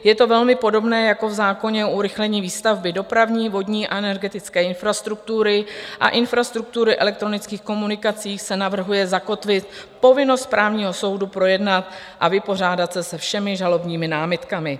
Je to velmi podobné, jako v zákoně o urychlení výstavby dopravní, vodní, energetické infrastruktury a infrastruktury elektronických komunikací se navrhuje zakotvit povinnost správního soudu projednat a vypořádat se se všemi žalobními námitkami.